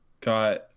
got